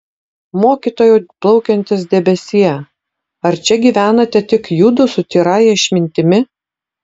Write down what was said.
mokytojau plaukiantis debesie ar čia gyvenate tik judu su tyrąja išmintimi